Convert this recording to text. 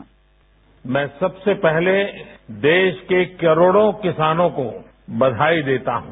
bite मैं सबसे पहले देश के करोड़ो किसानों को बधाई देता हूं